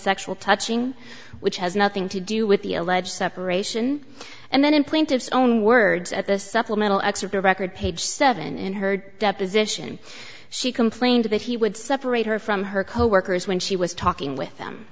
sexual touching which has nothing to do with the alleged separation and then in plaintiff's own words at the supplemental excerpt of record page seven in her deposition she complained that he would separate her from her coworkers when she was talking with them